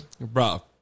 Bro